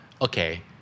Okay